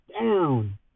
down